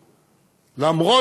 למשל,